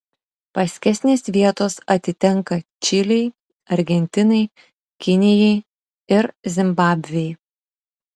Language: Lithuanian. paskesnės vietos atitenka čilei argentinai kinijai ir zimbabvei